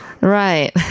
Right